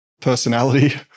personality